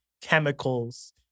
chemicals